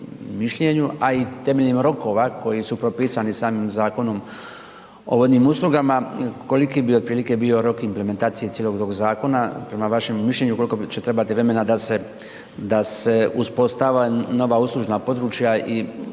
mišljenju, a i temeljem roka koji su propisani samim Zakonom o vodnim uslugama koliki bi otprilike bio rok implementacije cijelog tog zakona, prema vašemu mišljenju koliko će trebati vremena da, da se uspostava nova uslužna područja i